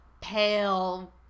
pale